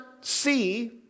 see